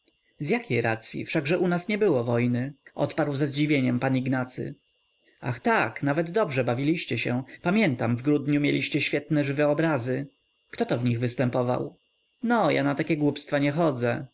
z jakiej racyi wszakże u nas nie było wojny odparł ze zdziwieniem pan ignacy ach tak nawet dobrze bawiliście się pamiętam w grudniu mieliście świetne żywe obrazy ktoto w nich występował no ja na takie głupstwa nie chodzę